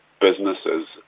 businesses